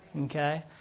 Okay